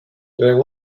during